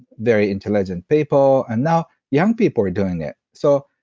very intelligent people, and now young people are doing it. so,